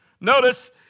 Notice